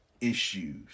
issues